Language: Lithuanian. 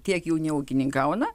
kiek jų neūkininkauna